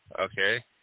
Okay